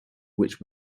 which